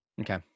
Okay